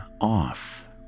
off